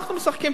אנחנו משחקים?